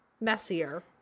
messier